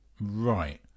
Right